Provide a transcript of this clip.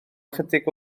ychydig